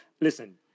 listen